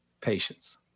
patience